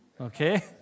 okay